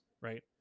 right